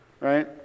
right